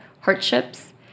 hardships